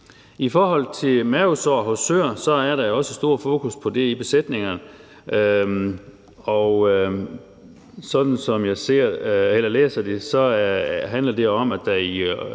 I forhold til mavesår hos søer er der jo også stort fokus på det ude i besætningerne. Og sådan som jeg læser det, handler det om, at der